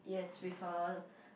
yes with a